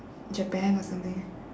japan or something